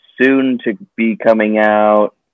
soon-to-be-coming-out